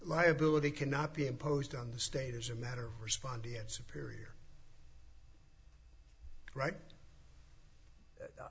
liability cannot be imposed on the state as a matter of respondeat superior right